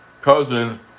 cousin